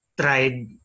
tried